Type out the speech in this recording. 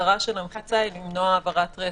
מטרת המחיצה למנוע העברת רסס,